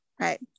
right